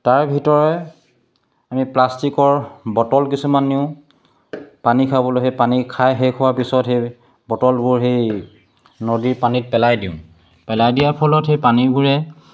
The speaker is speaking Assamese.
তাৰ ভিতৰৰে আমি প্লাষ্টিকৰ বটল কিছুমান নিওঁ পানী খাবলৈ সেই পানী খাই শেষ হোৱাৰ পিছত সেই বটলবোৰ সেই নদীৰ পানীত পেলাই দিওঁ পেলাই দিয়াৰ ফলত সেই পানীবোৰে